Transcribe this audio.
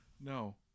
no